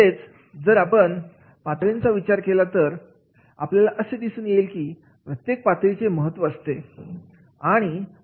म्हणजेच जर आपण पातळीचा विचार केला तर आपल्याला असे दिसून येते की प्रत्येक पातळीचे महत्व वेगवेगळे असते